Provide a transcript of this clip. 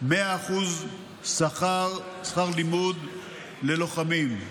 100% שכר לימוד ללוחמים.